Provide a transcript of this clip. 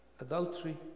adultery